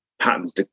patterns